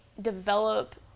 develop